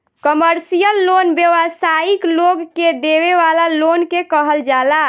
commercial loan व्यावसायिक लोग के देवे वाला लोन के कहल जाला